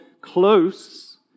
close